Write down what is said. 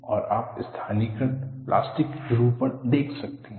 और आप स्थानीयकृत प्लास्टिक विरूपण देख सकते हैं